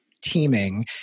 teaming